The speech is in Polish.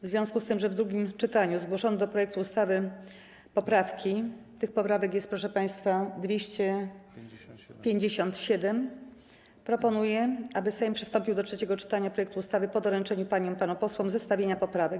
W związku z tym, że w drugim czytaniu zgłoszono do projektu ustawy poprawki - tych poprawek jest, proszę państwa, 257 - proponuję, aby Sejm przystąpił do trzeciego czytania projektu ustawy po doręczeniu paniom i panom posłom zestawienia poprawek.